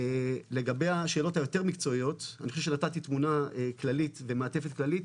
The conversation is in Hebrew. אני חושב שנתתי תמונה במעטפת כללית,